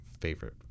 favorite